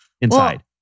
inside